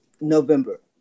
November